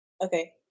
okay